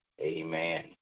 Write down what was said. Amen